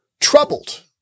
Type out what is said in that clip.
troubled